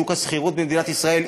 שוק השכירות במדינת ישראל,